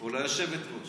או ליושבת-ראש?